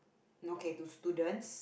okay to students